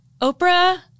Oprah